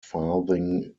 farthing